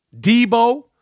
Debo